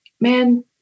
man